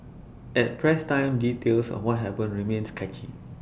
at press time details of what happened remained sketchy